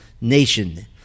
nation